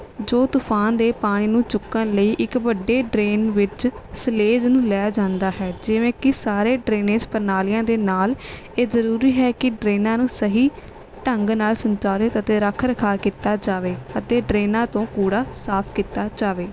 ਜੋ ਤੂਫਾਨ ਦੇ ਪਾਣੀ ਨੂੰ ਚੁੱਕਣ ਲਈ ਇੱਕ ਵੱਡੇ ਡਰੇਨ ਵਿੱਚ ਸਲੇਜ਼ ਨੂੰ ਲੈ ਜਾਂਦਾ ਹੈ ਜਿਵੇਂ ਕਿ ਸਾਰੇ ਡਰੇਨੇਜ ਪ੍ਰਣਾਲੀਆਂ ਦੇ ਨਾਲ ਇਹ ਜ਼ਰੂਰੀ ਹੈ ਕਿ ਡਰੇਨਾਂ ਨੂੰ ਸਹੀ ਢੰਗ ਨਾਲ ਸੰਚਾਲਤ ਅਤੇ ਰੱਖ ਰਖਾਅ ਕੀਤਾ ਜਾਵੇ ਅਤੇ ਡਰੇਨਾਂ ਤੋਂ ਕੂੜਾ ਸਾਫ ਕੀਤਾ ਜਾਵੇ